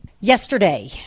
Yesterday